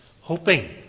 hoping